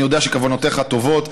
אני יודע שכוונותיך טובות,